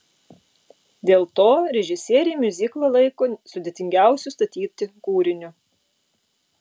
dėl to režisieriai miuziklą laiko sudėtingiausiu statyti kūriniu